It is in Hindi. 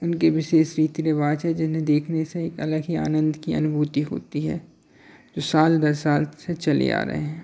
उनके विशेष रीति रिवाज हैं जिन्हें देखने से एक अलग ही आनंद की अनुभूति होती है जो साल दर साल से चले आ रहे हैं